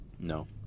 No